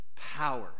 power